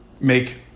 make